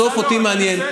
בסוף אותי מעניין,